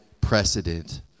precedent